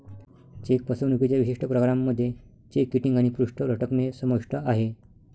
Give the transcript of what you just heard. check फसवणुकीच्या विशिष्ट प्रकारांमध्ये चेक किटिंग आणि पृष्ठ लटकणे समाविष्ट आहे